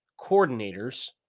coordinators